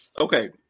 Okay